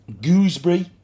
gooseberry